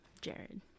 jared